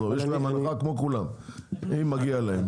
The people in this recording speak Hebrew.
יש להם הנחה כמו כולם אם מגיע להם,